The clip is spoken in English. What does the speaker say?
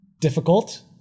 difficult